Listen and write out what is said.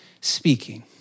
speaking